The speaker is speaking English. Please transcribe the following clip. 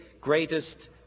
greatest